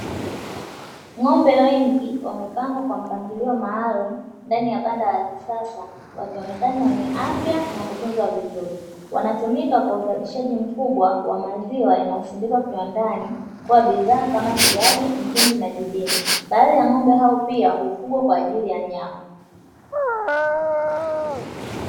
Ng'ombe wengi wamepangwa kwa mpangilio maalumu ndani ya banda la kisasa, wakionekana wenye afya na kutunzwa vizuri. Wanatumika kwa uzalishaji mkubwa wa maziwa yanayosindikwa kiwandani, kuwa bidhaa kama siagi, mtindi na jibini. Baadhi ya ng'ombe hao pia hufugwa kwa ajili ya nyama.